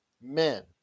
Men